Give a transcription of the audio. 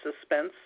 suspense